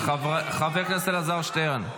חבר הכנסת אלעזר שטרן.